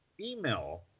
email